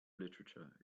literature